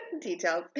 Details